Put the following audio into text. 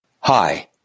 Hi